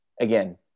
again